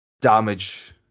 damage